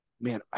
Man